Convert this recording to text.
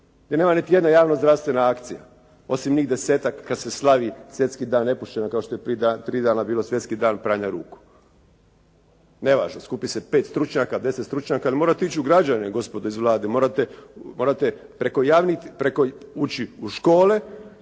gdje nema niti jedna javno-zdravstvena akcija osim njih desetak kad se slavi Svjetski dan nepušenja kao što je prije 3 dana bilo Svjetski dan pranja ruku. Nevažno. Skupi se 5 stručnjaka, 10 stručnjaka. Ali morate ići u građane gospodo iz Vlade, morate preko javnih ući u škole